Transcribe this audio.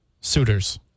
suitors